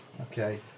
Okay